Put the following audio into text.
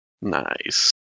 Nice